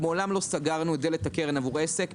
מעולם לא סגרנו את דלת הקרן עבור עסק.